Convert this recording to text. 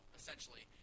essentially